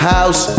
House